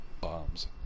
bombs